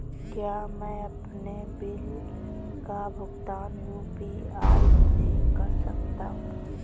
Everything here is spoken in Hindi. क्या मैं अपने बिल का भुगतान यू.पी.आई से कर सकता हूँ?